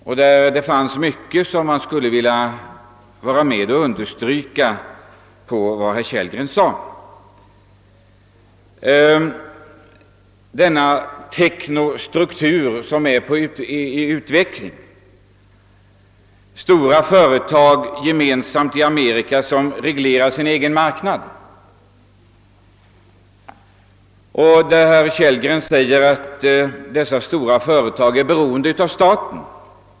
Mycket av det herr Kellgren sade skulle jag vilja understryka, bl.a. den teknostruktur som är i utveckling, de stora företag i Amerika som gemensamt reglerar sin egen marknad o. s. v. Herr Kellgren menar att dessa stora företag är beroende av staten.